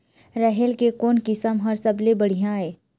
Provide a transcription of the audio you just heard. राहेर के कोन किस्म हर सबले बढ़िया ये?